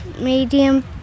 medium